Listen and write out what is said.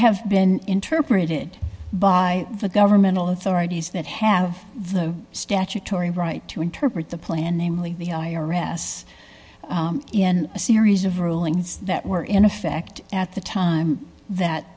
have been interpreted by the governmental authorities that have the statutory right to interpret the plan namely the i r s in a series of rulings that were in effect at the time that